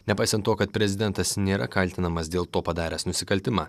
nepaisant to kad prezidentas nėra kaltinamas dėl to padaręs nusikaltimą